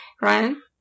Ryan